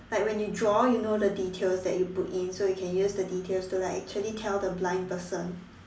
like when you draw you know the details that you put in so you can use the details to like actually tell the blind person